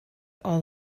all